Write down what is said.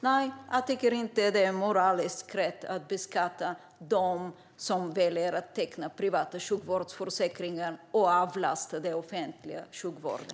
Nej, jag tycker inte att det är moraliskt rätt att beskatta dem som väljer att teckna privata sjukvårdsförsäkringar och avlasta den offentliga sjukvården.